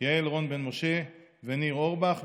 יעל רון בן משה וניר אורבך,